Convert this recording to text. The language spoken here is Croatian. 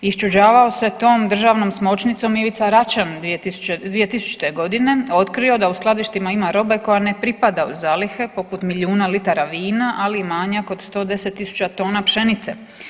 Iščuđavao se tom državnom smočnicom i Ivica Račan 2000.g. otkrio da u skladištima ima robe koja ne pripada u zalihe poput milijuna litara vina, ali i manjak od 110.000 tona pšenice.